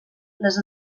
les